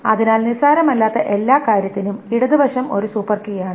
അതിനാൽ നിസ്സാരമല്ലാത്ത എല്ലാ കാര്യത്തിനും ഇടതുവശം ഒരു സൂപ്പർകീയാണ്